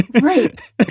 Right